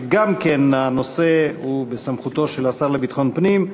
שגם בה הנושא הוא בסמכותו של השר לביטחון פנים.